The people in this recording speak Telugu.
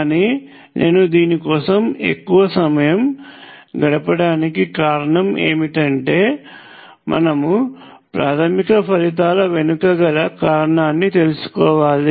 కానీ నేను దీని కోసం ఎక్కువ సమయం గడపడానికి కారణం ఏమిటంటే మనము ప్రాథమిక ఫలితాల వెనుక గల కారణాన్నితెలుసుకోవాలి